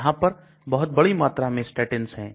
यहां पर बहुत बड़ी मात्रा में statins है